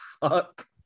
fuck